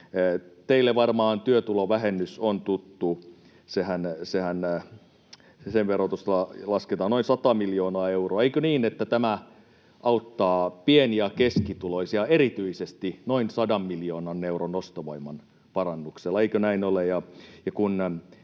Teille varmaan työtulovähennys on tuttu, senhän verotusta lasketaan noin 100 miljoonaa euroa. Eikö niin, että tämä auttaa erityisesti pieni- ja keskituloisia noin 100 miljoonan euron ostovoiman parannuksella? Eikö näin ole?